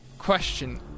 Question